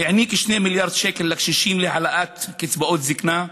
העניק 2 מיליארד שקל לקשישים להעלאת קצבאות זקנה,